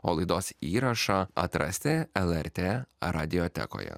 o laidos įrašą atrasti lrt radiotekoje